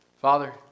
Father